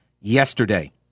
yesterday